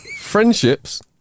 Friendships